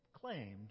claimed